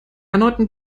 erneuten